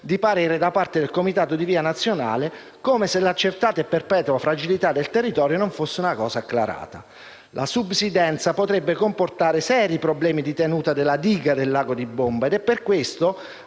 di parere da parte del comitato di VIA nazionale, come se l'accertata e perpetua fragilità del territorio non fosse acclarata. La subsidenza potrebbe comportare seri problemi di tenuta della diga del Lago di Bomba e per questo,